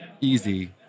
easy